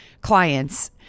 clients